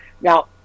Now